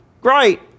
Great